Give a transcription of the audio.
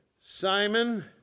Simon